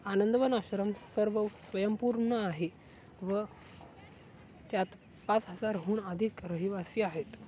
आनंदवन आश्रम सर्व स्वयंपूर्ण आहे व त्यात पाच हजारहून अधिक रहिवासी आहेत